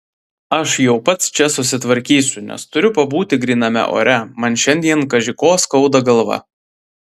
aš jau pats čia susitvarkysiu nes turiu pabūti gryname ore man šiandien kaži ko skauda galvą